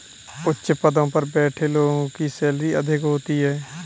उच्च पदों पर बैठे लोगों की सैलरी अधिक होती है